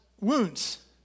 wounds